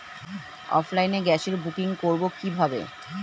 অফলাইনে গ্যাসের বুকিং করব কিভাবে?